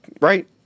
right